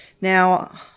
now